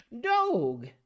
Dog